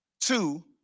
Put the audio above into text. Two